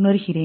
உணர்கிறேன்